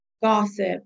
gossip